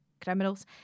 criminals